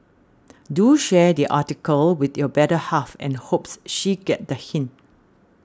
do share the article with your better half and hopes she get the hint